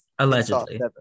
Allegedly